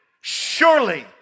surely